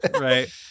Right